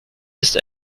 ist